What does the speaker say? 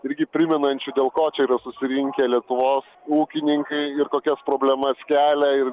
irgi primenančiu dėl ko čia yra susirinkę lietuvos ūkininkai ir kokias problemas kelia ir